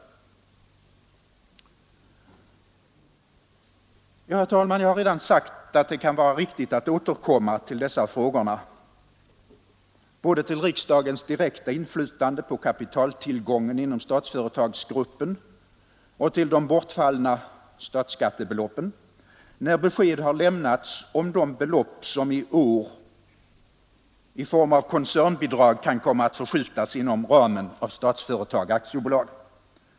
Herr talman! Jag har redan sagt, att det kan vara riktigt att återkomma till dessa frågor — både till riksdagens direkta inflytande på kapitaltillgången inom Statsföretagsgruppen och till de bortfallna statsinkomsterna — när besked har lämnats om de belopp som i år kan komma att förskjutas inom ramen av Statsföretag AB.